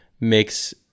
makes